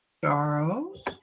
Charles